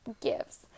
gifts